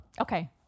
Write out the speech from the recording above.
Okay